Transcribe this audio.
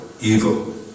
evil